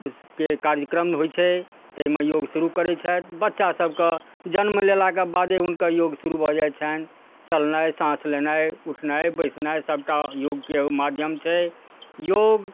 के कार्यक्रम होइ छै ताहिमे योग शुरू करै छथि बच्चासभके जन्म लेलाके बादे हुनकर योग शुरू भऽ जाइ छनि चलनाइ साँस लेनाइ उठनाइ बैसनाइ सबटा योगके माध्यम छै योग